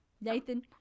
Nathan